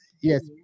yes